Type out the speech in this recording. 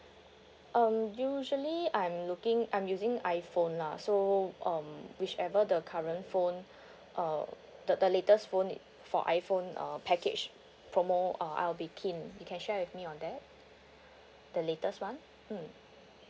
um usually I'm looking I'm using iphone lah so um which ever the current phone uh the the latest phone for iphone uh package promo err I'll be keen you can share with me on that the latest [one] mm